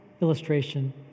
illustration